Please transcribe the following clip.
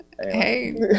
Hey